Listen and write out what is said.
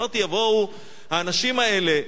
אמרתי: יבואו האנשים האלה,